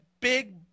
big